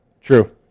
True